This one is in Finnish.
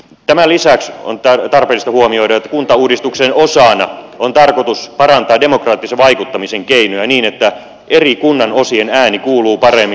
tämän lisäksi on tarpeellista huomioida että kuntauudistuksen osana on tarkoitus parantaa demokraattisen vaikuttamisen keinoja niin että eri kunnanosien ääni kuuluu kunnallisessa päätöksenteossa paremmin kuin tällä hetkellä